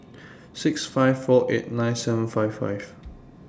six five four eight nine seven five five